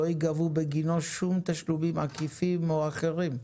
לא ייגבו בגינו שום תשלומים עקיפים או אחרים.